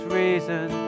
reason